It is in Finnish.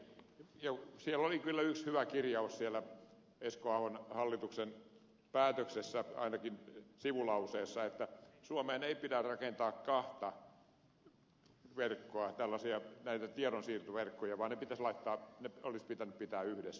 siellä oli kyllä yksi hyvä kirjaus siellä esko ahon hallituksen päätöksessä ainakin sivulauseessa että suomeen ei pidä rakentaa kahta tiedonsiirtoverkkoa ja ne pitäisi pitää yhdessä